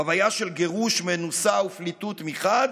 חוויה של גירוש, מנוסה ופליטות מחד,